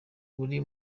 uri